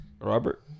Robert